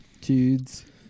dudes